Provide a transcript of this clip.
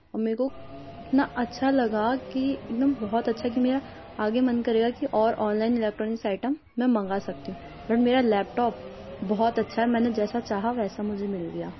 اور میرے کو اتنا اچھا لگا کہ ایک دم بہت اچھا کہ میرا آگے من کرے گا کہ اور آن لائن الیکٹرانکس آئٹم میں منگا سکتی ہوں بٹ میرا لیپ ٹاپ بہت اچھا ہے میں نے جیسا چاہا ویسا مجھے مل گیا